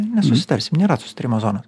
nesusitarsim nėra susitarimo zonos